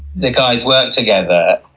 the guys work together